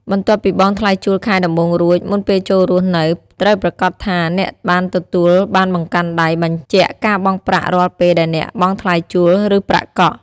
បន្ទាប់ពីបង់ថ្លៃជួលខែដំបូងរួច មុនពេលចូលរស់នៅ ត្រូវប្រាកដថាអ្នកបានទទួលបានបង្កាន់ដៃបញ្ជាក់ការបង់ប្រាក់រាល់ពេលដែលអ្នកបង់ថ្លៃជួល ឬប្រាក់កក់។